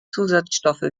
zusatzstoffe